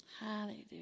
Hallelujah